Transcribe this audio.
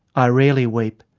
i rarely weep.